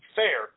fair